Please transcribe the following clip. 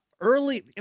Early